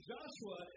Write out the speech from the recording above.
Joshua